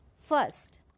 first